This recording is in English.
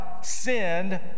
sinned